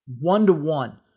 one-to-one